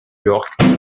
york